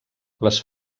les